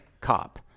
cop